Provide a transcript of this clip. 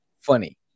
funny